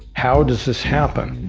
how does this happen?